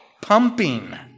pumping